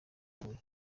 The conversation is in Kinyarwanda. huye